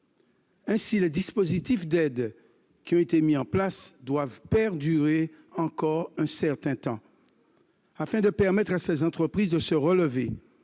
Aussi, les dispositifs d'aide mis en place doivent perdurer encore un certain temps, afin de permettre à ces entreprises de se relever.